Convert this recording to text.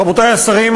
רבותי השרים,